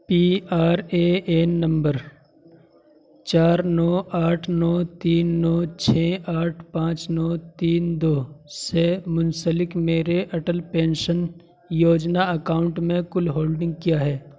P R A N number چار نو آٹھ نو تین نو چھ آٹھ پانچ نو تین دو سے منسلک میرے اٹل پینشن یوجنا اکاؤنٹ میں کل ہولڈنگ کیا ہے